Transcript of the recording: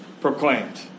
proclaimed